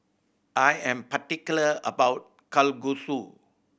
I am particular about Kalguksu